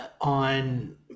on